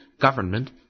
government